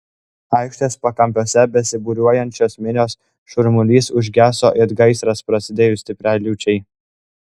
aikštės pakampiuose besibūriuojančios minios šurmulys užgeso it gaisras prasidėjus stipriai liūčiai